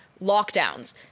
lockdowns